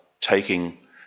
taking